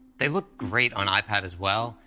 they look great on ipad as well,